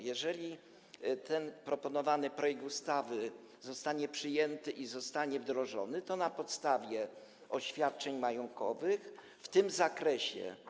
Jeżeli proponowany projekt ustawy zostanie przyjęty i wdrożony, to na podstawie oświadczeń majątkowych w tym zakresie.